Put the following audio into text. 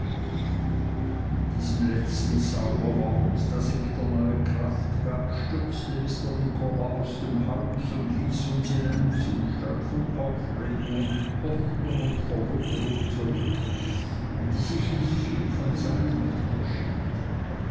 mit diesem letzten zauberwort das ihm wieder neue kraft gab stürzte mr micawber aus dem haus und ließ uns in einem zustand von aufregung hoffnung und verwunderung zurück die sich nicht viel von seinem unterschied